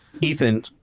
Ethan